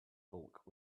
bulk